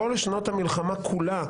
כל שנות המלחמה כולה,